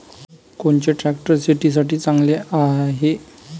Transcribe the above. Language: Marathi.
कोनचे ट्रॅक्टर शेतीसाठी चांगले हाये?